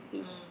mm